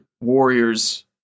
warriors